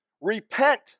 Repent